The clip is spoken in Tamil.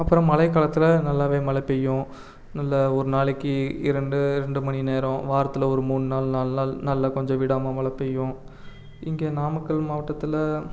அப்புறம் மழைக்காலத்தில் நல்லாவே மழை பெய்யும் நல்ல ஒரு நாளைக்கு இரண்டு இரண்டு மணி நேரம் வாரத்தில் ஒரு மூணு நாள் நாலு நாள் நல்லா கொஞ்சம் விடாமல் மழை பெய்யும் இங்கே நாமக்கல் மாவட்டத்தில்